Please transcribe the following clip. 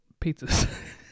pizzas